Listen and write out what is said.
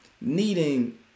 needing